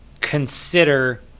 consider –